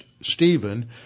Stephen